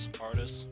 artists